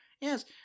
Yes